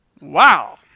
Wow